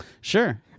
sure